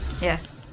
Yes